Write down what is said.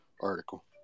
article